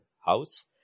house